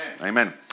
Amen